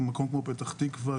מקום כמו פתח תקווה,